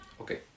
Okay